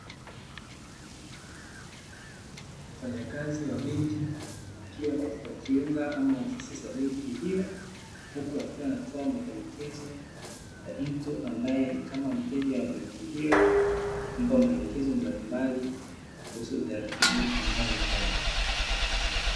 Mfanyakazi wa benki akiwa katika kiunga ama ofisi za benki hiyo huku akiwa anatoa maelekezo kwa mtu ambaey ni kama mteja wa benki hiyo, kumpa maelekezo mbalimbali kuhusu utaratibu anaohitaji.